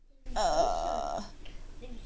err